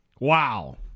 Wow